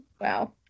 Wow